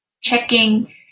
Checking